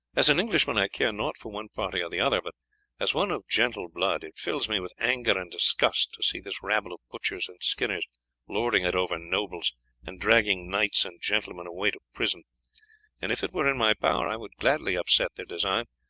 as an englishman i care naught for one party or the other, but as one of gentle blood it fills me with anger and disgust to see this rabble of butchers and skinners lording it over nobles and dragging knights and gentlemen away to prison and if it were in my power i would gladly upset their design,